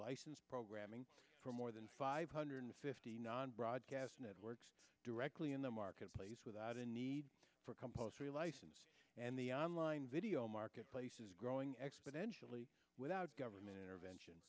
license programming for more than five hundred fifty nine broadcast networks directly in the marketplace without a need for a compulsory license and the online video marketplace is growing exponentially without government intervention